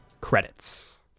Credits